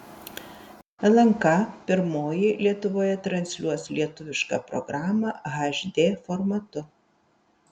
lnk pirmoji lietuvoje transliuos lietuvišką programą hd formatu